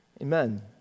Amen